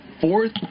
fourth